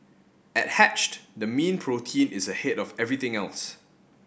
at Hatched the mean protein is ahead of everything else